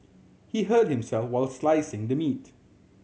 he hurt himself while slicing the meat